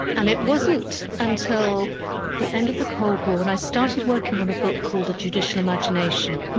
and it wasn't until the end of the cold war when i started working on a book called the judicial imagination.